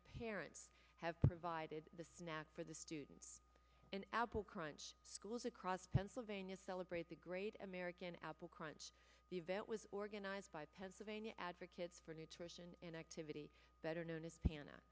the parents have provided the snack for the students and apple crunch schools across pennsylvania celebrate the great american apple crunch event was organized by pennsylvania advocates for nutrition and activity better known as pan